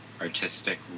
artistic